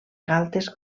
galtes